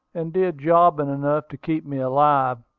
and did jobbing enough to keep me alive.